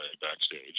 backstage